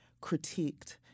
critiqued